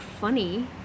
funny